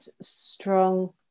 strong